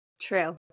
True